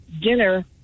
dinner